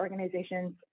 organizations